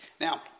Now